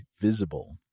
Visible